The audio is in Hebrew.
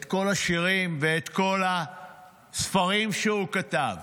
את כל השירים ואת כל הספרים שהוא כתב.